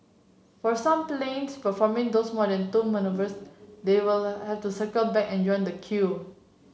for some planes performing those more than two manoeuvres they will have to circle back and join the queue